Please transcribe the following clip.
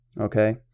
okay